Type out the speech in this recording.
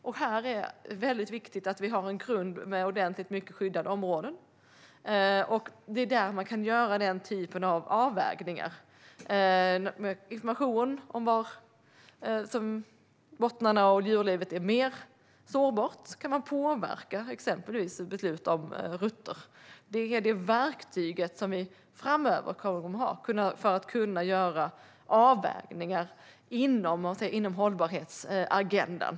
Här är det väldigt viktigt att vi har en grund med ordentligt med skyddade områden. Det är där man kan göra den typen av avvägningar, med information om var bottnarna och djurlivet är mer sårbara och om man kan påverka exempelvis beslut om rutter. Det är det verktyget som vi framöver kommer att ha för att kunna göra avvägningar inom hållbarhetsagendan.